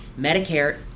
Medicare